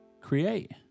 create